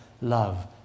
love